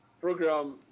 program